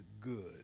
good